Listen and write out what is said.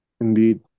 Indeed